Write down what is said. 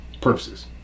purposes